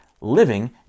living